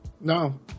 no